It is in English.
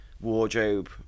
wardrobe